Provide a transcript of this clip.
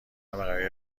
برقراری